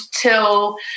till